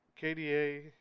KDA